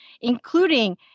including